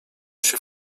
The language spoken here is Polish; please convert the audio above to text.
się